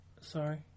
Sorry